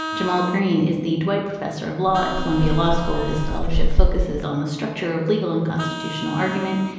jamal greene is the dwight. professor of law at columbia law school his scholarship focuses on the structure of legal and constitutional argument.